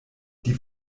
die